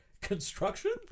Construction